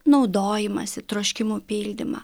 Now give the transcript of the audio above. naudojimąsi troškimų pildymą